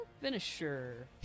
finisher